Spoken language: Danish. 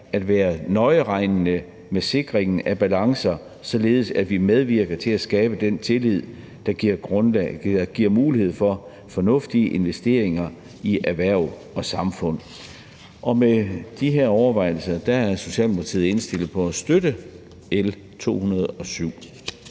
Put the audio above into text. at være nøjeregnende med sikringen af balancer, således at vi medvirker til at skabe den tillid, der giver mulighed for fornuftige investeringer i erhverv og samfund. Med de her overvejelser er Socialdemokratiet indstillet på at støtte L 207.